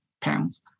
pounds